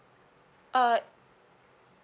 uh